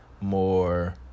more